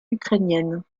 ukrainienne